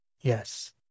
yes